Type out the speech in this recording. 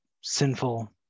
sinful